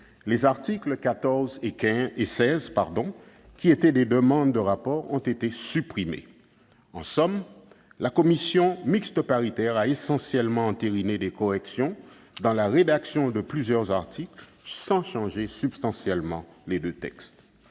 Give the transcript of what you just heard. Les articles 14 et 16, qui étaient des demandes de rapport, ont été supprimés. En somme, la commission mixte paritaire a essentiellement entériné des modifications de la rédaction de plusieurs articles sans changer substantiellement les deux textes.